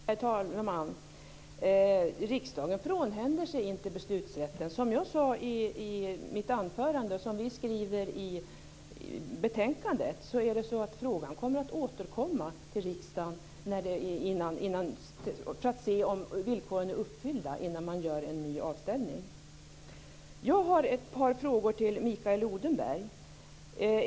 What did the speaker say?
Herr talman! Riksdagen frånhänder sig inte beslutsrätten. Som jag sade i mitt anförande och som vi skriver i betänkandet kommer frågan att återkomma till riksdagen för att vi skall kunna se om villkoren är uppfyllda innan man gör en ny avställning. Jag har ett par frågor till Mikael Odenberg.